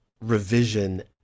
revision